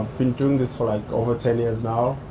been doing this for like over ten yeah